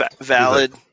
Valid